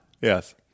Yes